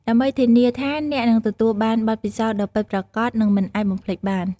ដើម្បីធានាថាអ្នកនឹងទទួលបានបទពិសោធន៍ដ៏ពិតប្រាកដ និងមិនអាចបំភ្លេចបាន។